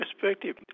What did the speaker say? perspective